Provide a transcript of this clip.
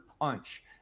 punch